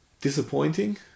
Disappointing